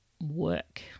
work